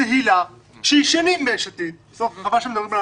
זה בעצם השינוי שנעשה פה וזו הסיבה שהעלינו את הכול לרמת החוק,